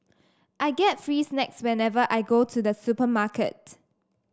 I get free snacks whenever I go to the supermarket